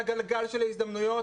לגלגל של ההזדמנויות,